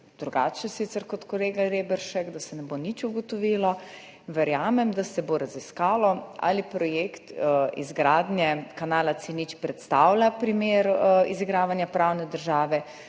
drugače kot kolega Reberšek, da se ne bo nič ugotovilo, verjamem, da se bo raziskalo, ali projekt izgradnje kanala C0 predstavlja primer izigravanja pravne države